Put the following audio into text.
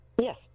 Yes